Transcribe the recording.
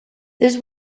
this